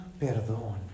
perdón